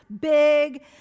big